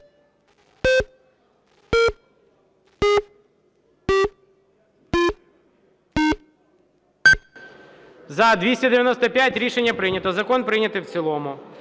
За-295 Рішення прийнято. Закон прийнятий в цілому.